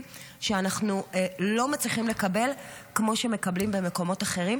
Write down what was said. שאנחנו לא מצליחים לקבל כמו שמקבלים במקומות אחרים,